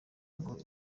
ngo